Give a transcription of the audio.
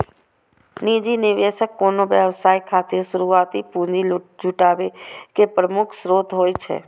निजी निवेशक कोनो व्यवसाय खातिर शुरुआती पूंजी जुटाबै के प्रमुख स्रोत होइ छै